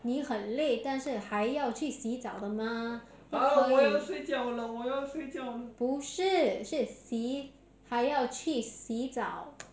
你很累但是还要去洗澡的吗不是是洗还要去洗澡